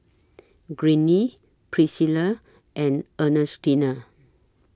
Greene Priscilla and Ernestina